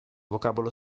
vocabolo